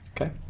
Okay